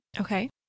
Okay